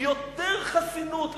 יותר חסינות לשוטרים,